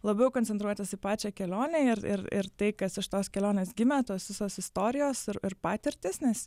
labiau koncentruotis į pačią kelionę ir ir ir tai kas iš tos kelionės gimė tos visos istorijos ir ir patirtys nes